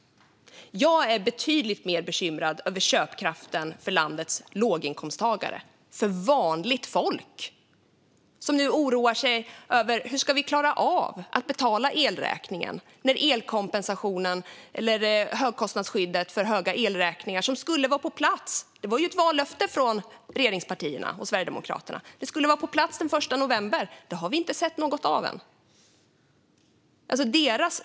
Jag är betydligt mer bekymrad över köpkraften hos landets låginkomsttagare - vanligt folk - som nu oroar sig över hur de ska klara att betala elräkningen när elkompensationen eller högkostnadsskyddet mot höga elräkningar, som skulle vara på plats den 1 november, dröjer. Det var ett vallöfte från regeringspartierna och Sverigedemokraterna, men vi har inte sett något av det ännu.